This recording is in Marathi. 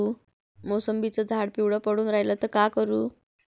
मोसंबीचं झाड पिवळं पडून रायलं त का करू?